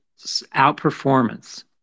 outperformance